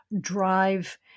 drive